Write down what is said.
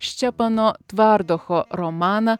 ščepano tvardocho romaną